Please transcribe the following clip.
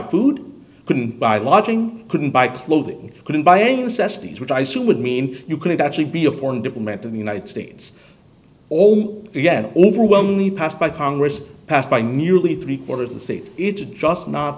food couldn't buy lodging couldn't buy clothing couldn't buy you assess things which i assume would mean you could actually be a foreign diplomat to the united states all together overwhelmingly passed by congress passed by merely three quarters of the states it's just not